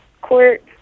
court –